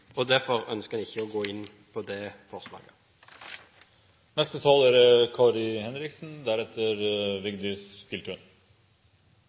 oppfølgingen. Derfor ønsker en ikke å gå inn for det forslaget.